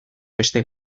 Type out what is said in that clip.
beste